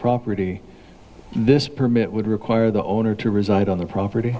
property this permit would require the owner to reside on the property